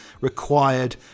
required